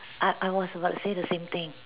I I was about to say the same thing